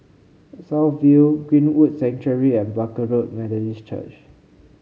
South View Greenwood Sanctuary and Barker Road Methodist Church